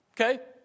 Okay